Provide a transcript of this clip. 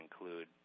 include